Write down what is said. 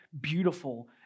beautiful